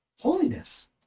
holiness